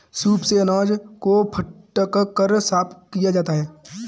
soup से अनाज को फटक कर साफ किया जाता है